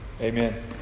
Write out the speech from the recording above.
Amen